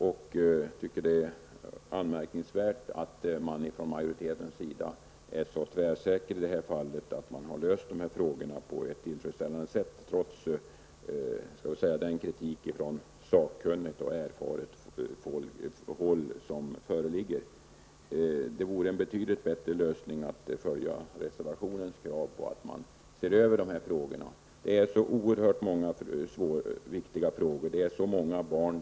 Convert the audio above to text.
Jag tycker att det är anmärkningsvärt att man från majoritetens sida är så tvärsäker och att man har kunnat lösa dessa frågor på ett tillfredsställande sätt, trots kritiken från sakkunnigt och erfaret folk. Det vore en betydligt bättre lösning att följa reservationens krav på att dessa frågor skall ses över. Det är så oerhört många viktiga saker att ta ställning till.